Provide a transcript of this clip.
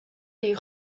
les